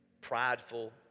prideful